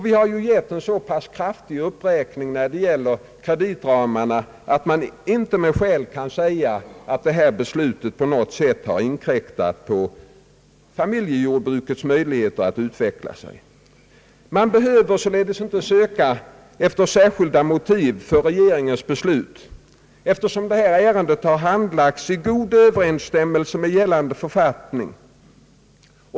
Vi har ju gjort en så pass kraftig uppräkning av kreditramarna att man inte med skäl kan säga att det här beslutet på något sätt har inkräktat på familjejordbrukets möjligheter att utveckla sig. Man behöver således inte söka efter särskilda motiv för regeringens beslut, eftersom detta ärende har handlagts i god överensstämmelse med gällande författning.